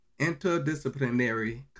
interdisciplinary